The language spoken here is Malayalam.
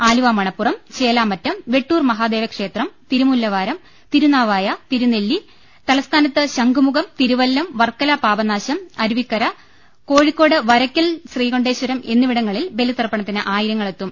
ആലുവാ മണപ്പുറം ചേലാമറ്റം വെട്ടൂർ മഹാദേവ ക്ഷേത്രം തിരമുല്ലവാരം തിരുനാവായ തിരുനെല്ലി തലസ്ഥാനത്ത് ശംഖു മുഖം തിരുവല്ലം വർക്കല പാപനാശം അരുവിക്കര കോഴിക്കോട് വര ക്കൽ ശ്രീകണ്ഠേശ്വരം എന്നിവിടങ്ങളിൽ ബലിതർപ്പണത്തിന് ആയിര ങ്ങളെത്തും